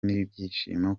n’ibyishimo